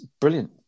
brilliant